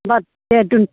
होनबा दे दोन